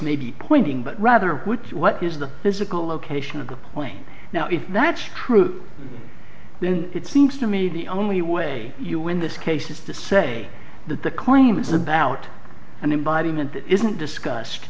may be pointing but rather what is the physical location of the plane now if that's true then it seems to me the only way you win this case is to say that the claim is about an embodiment that isn't discussed